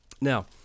Now